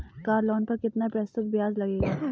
Car loan पर कितना प्रतिशत ब्याज लगेगा?